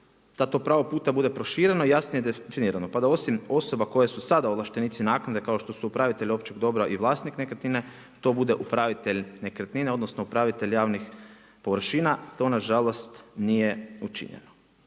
da to pravog puta bude prošireno i jasnije definirano. Pa da osim osoba koje su sada ovlaštenici naknade, kao što su upravitelj općeg dobra i vlasnik nekretnine, to bude upravitelj nekretnine, odnosno, upravitelj javnih površina. To nažalost nije učinjeno.